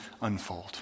unfold